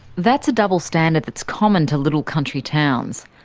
that's a double-standard that's common to little country towns.